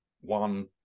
one